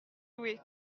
louée